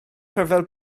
rhyfel